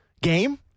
game